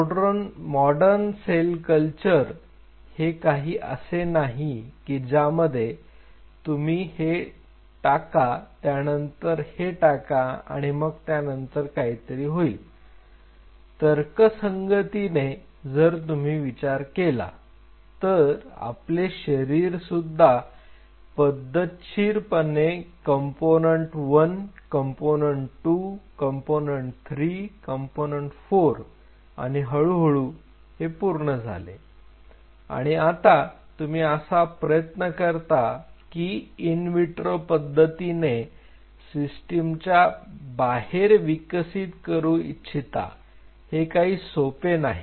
modern cell culture हे काही असे नाही की ज्यामध्ये तुम्ही हे टाका त्यानंतर हे टाका आणि मग त्यानंतर काहीतरी होईल तर्कसंगती ने जर तुम्ही विचार केला तर आपले शरीर सुद्धा पद्धतशीरपणे कंम्पोनन्ट 1 कंम्पोनन्ट 2 कंम्पोनन्ट 3 कंम्पोनन्ट 4 आणि हळूहळू ते पूर्ण झाले आणि आता तुम्ही असा प्रयत्न करता की इन विट्रो पद्धतीने सिस्टीम च्या बाहेर विकसित करू इच्छिता हे काही सोपे नाही